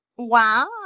wow